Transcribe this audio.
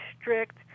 strict